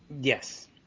Yes